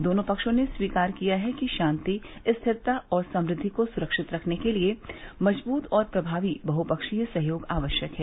दोनों पक्षों ने स्वीकार किया कि शांति स्थिरता और समृद्वि को सुरक्षित करने के लिए मजबूत और प्रभावी बहुपक्षीय सहयोग आवश्यक है